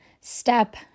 step